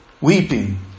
Weeping